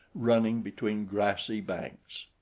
running between grassy banks.